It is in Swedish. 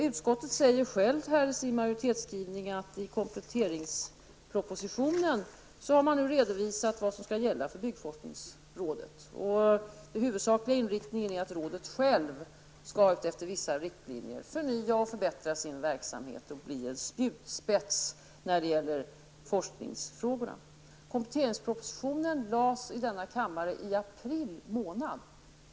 Utskottet säger självt i sin majoritetsskrivning att man i kompletteringspropositionen har redovisat vad som skall gälla för byggforskningsrådet. Den huvudsakliga inriktningen är att rådet självt skall, efter vissa riktlinjer, förnya och förbättra sin verksamhet och bli en spjutspets när det gäller forskningsfrågorna. Kompletteringspropositionen lades fram i denna kammare i april månad.